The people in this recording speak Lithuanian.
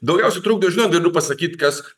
daugiausiai trukdo žinot galiu pasakyt kas